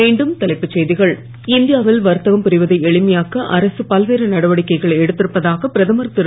மீண்டும் தலைப்புச் செய்திகள் இந்தியாவில் வர்த்தகம் புரிவதை எளிமையாக்க அரசு பல்வேறு நடவடிக்கைகளை எடுத்திருப்பதாக பிரதமர் திரு